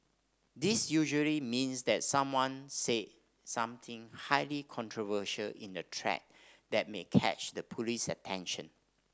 this usually means that someone said something highly controversial in the thread that may catch the police attention